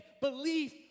belief